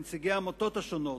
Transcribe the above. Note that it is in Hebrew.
לנציגי העמותות השונות,